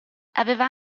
aveva